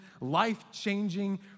life-changing